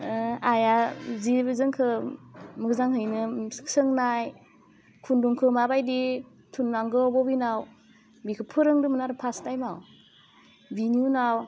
आइआ जि जोंखौ मोजाङैनो सोंनाय खुन्दुंखौ माबायदि थुननांगौ बबिनाव बेखौ फोरोंदोंमोन आरो फास्ट टाइमआव बिनि उनाव